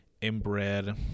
inbred